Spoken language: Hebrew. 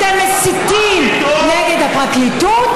אתם מסיתים נגד הפרקליטות,